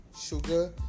sugar